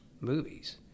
movies